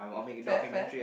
fair fair